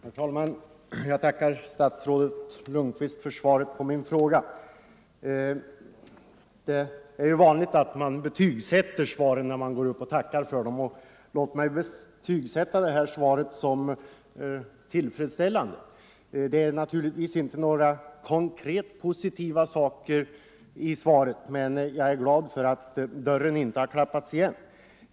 Herr talman! Jag tackar statsrådet Lundkvist för svaret på min fråga. Det är ju vanligt att man betygsätter svaren när man tackar för dem, och jag vill ge det här svaret betyget tillfredsställande. Naturligtvis innehåller det inte några konkret positiva saker, men jag är glad över att dörren inte har klappats igen.